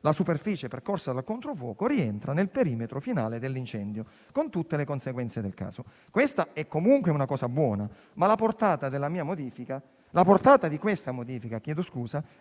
la superficie percorsa da controfuoco rientra nel perimetro finale dell'incendio, con tutte le conseguenze del caso. Questa è comunque una cosa buona, ma la portata di tale modifica